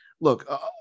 look